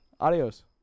Adios